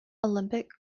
olympic